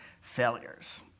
failures